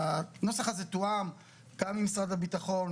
הנוסח הזה תואם גם עם משרד הביטחון,